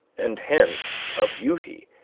and hence a beauty,